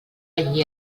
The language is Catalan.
allí